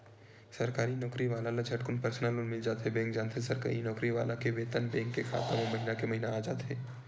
सरकारी नउकरी वाला ल झटकुन परसनल लोन मिल जाथे बेंक जानथे सरकारी नउकरी वाला के बेतन बेंक के खाता म महिना के महिना आ जाथे